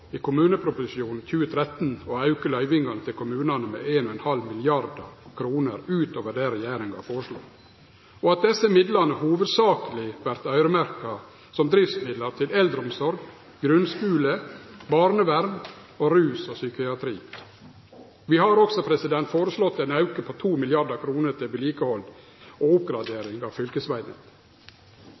å auke løyvingane til kommunane med 1,5 mrd. kr utover det regjeringa har foreslått, og at desse midlane hovudsakleg vert øyremerkte som driftsmidlar til eldreomsorg, grunnskule, barnevern, rus og psykiatri. Vi har også foreslått ein auke på 2 mrd. kr til vedlikehald og oppgradering av